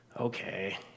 okay